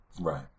Right